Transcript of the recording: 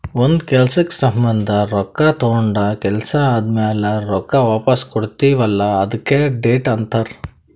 ಒಂದ್ ಕೆಲ್ಸಕ್ ಸಂಭಂದ ರೊಕ್ಕಾ ತೊಂಡ ಕೆಲ್ಸಾ ಆದಮ್ಯಾಲ ರೊಕ್ಕಾ ವಾಪಸ್ ಕೊಡ್ತೀವ್ ಅಲ್ಲಾ ಅದ್ಕೆ ಡೆಟ್ ಅಂತಾರ್